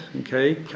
okay